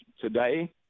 today